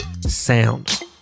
Sound